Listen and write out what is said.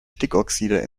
stickoxide